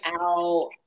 out